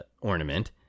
ornament